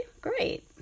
great